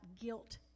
guilt